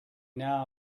now